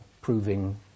proving